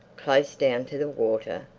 close down to the water,